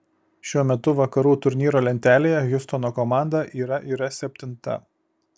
šiuo metu vakarų turnyro lentelėje hjustono komanda yra yra septinta